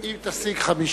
אם תשיג 50,